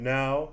now